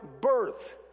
birth